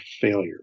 failure